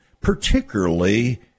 particularly